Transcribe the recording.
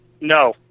no